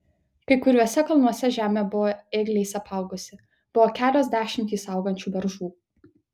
kai kuriuose kalnuose žemė buvo ėgliais apaugusi buvo kelios dešimtys augančių beržų